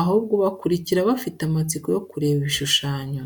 ahubwo bakurikira bafite amatsiko yo kureba ibishushanyo.